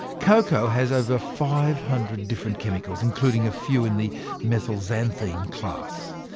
cacao has over five hundred different chemicals, including a few in the methylxanthine class.